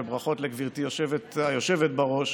וברכות לגברתי היושבת בראש.